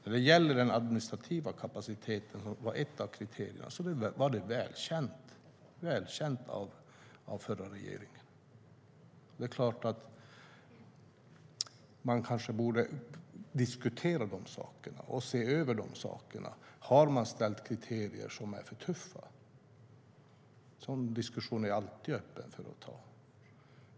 Att den administrativa kapaciteten var ett av kriterierna var välkänt av förra regeringen. Det är klart att man kanske borde diskutera de sakerna och se över dem. Har man ställt upp kriterier som är för tuffa? En sådan diskussion är jag alltid öppen för att ta.